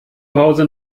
hause